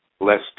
less